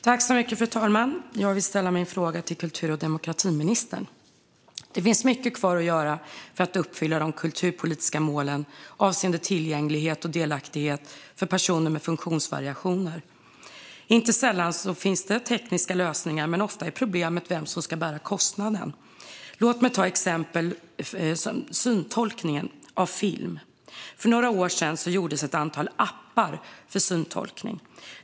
Fru talman! Jag vill ställa min fråga till kultur och demokratiministern. Det finns mycket kvar att göra för att uppfylla de kulturpolitiska målen avseende tillgänglighet och delaktighet för personer med funktionsvariationer. Inte sällan finns det tekniska lösningar, men ofta är problemet vem som ska bära kostnaden. Låt mig ta ett exempel: syntolkning av film. För några år sedan gjordes ett antal appar för syntolkning.